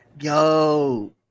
Yo